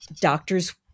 doctors